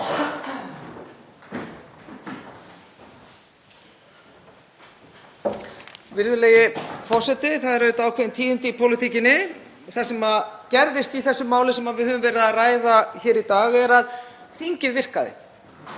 Virðulegi forseti. Það eru auðvitað ákveðin tíðindi í pólitíkinni. Það sem gerðist í þessu máli sem við höfum verið að ræða hér í dag er að þingið virkaði.